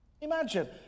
Imagine